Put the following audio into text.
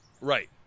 Right